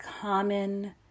common